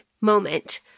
moment